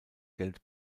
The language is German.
geld